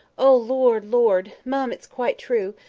o lord, lord! mum, it's quite true,